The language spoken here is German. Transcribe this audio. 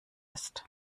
ist